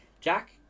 jack